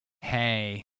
hey